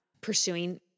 pursuing